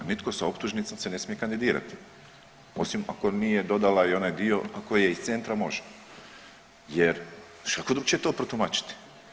Nitko s optužnice se ne smije kandidirati, osim ako nije dodala i onaj dio ako je iz Centra može jer kako drugčije to protumačiti.